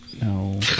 No